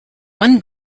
one